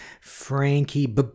Frankie